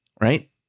Right